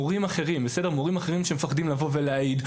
גם מורים אחרים שמפחדים להעיד,